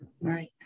Right